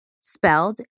spelled